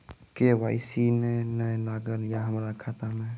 KYC ने न लागल या हमरा खाता मैं?